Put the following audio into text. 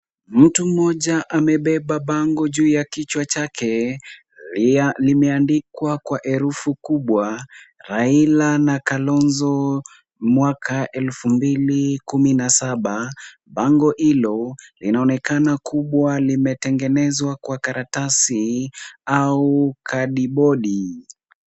Mtu mmoja amebeba bango juu ya kichwa chake. Limeandikwa kwa herufi kubwa Raila na Kalonzo mwaka elfu mbili kumi na saba. Bango hilo linaonekana kubwa limetengenezwa kwa karatasi au kadibodi.